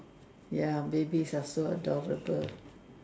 ya babies are so adorable